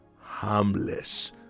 harmless